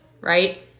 right